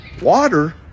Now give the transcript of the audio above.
Water